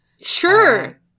Sure